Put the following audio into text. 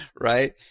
right